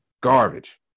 Garbage